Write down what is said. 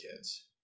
kids